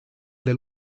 del